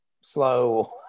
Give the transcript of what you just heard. slow